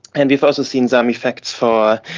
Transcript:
and we've also seen some effects for